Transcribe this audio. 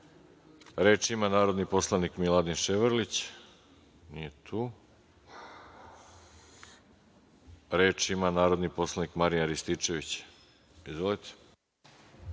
ima narodni poslanik Miladin Ševarlić. (Nije tu.)Reč ima narodni poslanik Marijan Rističević. Izvolite.